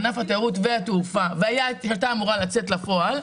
לענף התיירות והתעופה והייתה אמורה לצאת לפועל,